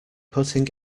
putting